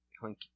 hunky